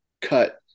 cut